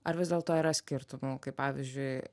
ar vis dėlto yra skirtumų kaip pavyzdžiui